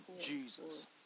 Jesus